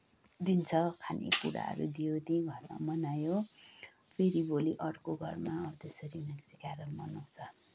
दिन्छ खानेकुराहरू दियो त्यही घरमा मनायो फेरि भोलि अर्को घरमा हो त्यसरी उनीहरूले चाहिँ केरोल मनाउँछ